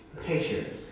patient